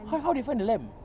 how how did he find the lamp